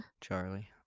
Charlie